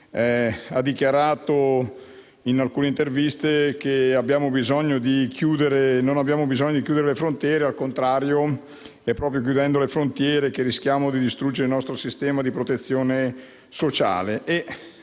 ha dichiarato in alcune interviste che non abbiamo bisogno di chiudere le frontiere e che, al contrario, proprio chiudendo le frontiere rischiamo di distruggere il nostro sistema di protezione sociale.